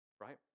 right